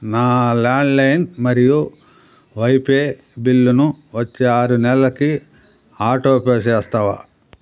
నా landline మరియు వైపే బిల్లును వచ్చే ఆరు నెలలకి ఆటోపే చేస్తావా